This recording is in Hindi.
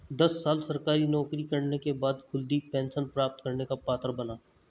दस साल सरकारी नौकरी करने के बाद कुलदीप पेंशन प्राप्त करने का पात्र बना